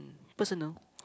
personal